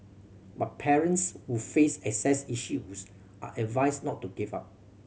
but parents who face access issues are advised not to give up